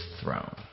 throne